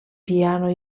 piano